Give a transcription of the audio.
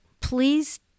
please